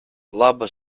laba